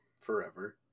forever